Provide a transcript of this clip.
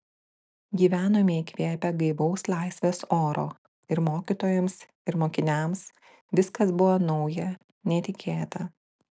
gyvenome įkvėpę gaivaus laisvės oro ir mokytojams ir mokiniams viskas buvo nauja netikėta